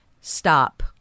stop